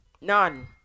None